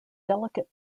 delicate